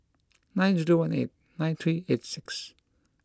nine zero one eight nine three eight six